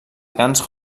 grans